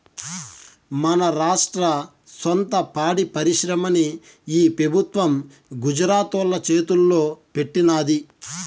మన రాష్ట్ర సొంత పాడి పరిశ్రమని ఈ పెబుత్వం గుజరాతోల్ల చేతల్లో పెట్టినాది